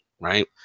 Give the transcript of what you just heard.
right